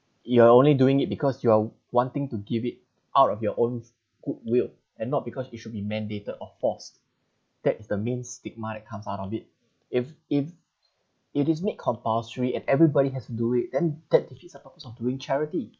you are only doing it because you are wanting to give it out of your own goodwill and not because it should be mandated or forced that is the main stigma that comes out of it if if it is made compulsory and everybody has to do it then that defeats the purpose of doing charity